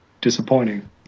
disappointing